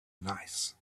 nice